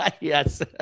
Yes